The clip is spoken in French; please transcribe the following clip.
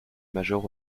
major